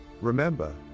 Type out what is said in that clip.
Remember